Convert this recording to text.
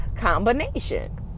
combination